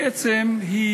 בעצם היא